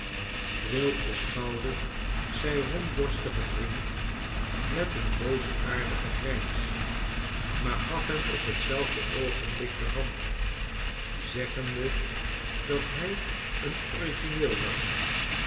quilp beschouwde zijn rondborstigen vriend met een boosaardigen grijns maar gaf hem op hetzelfde oogenblik de hand zeggende dat hij een origineel was